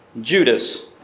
Judas